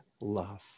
love